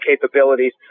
capabilities